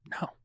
no